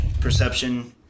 perception